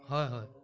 হয় হয়